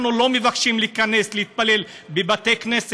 אנחנו לא מבקשים להיכנס להתפלל בבתי-כנסת,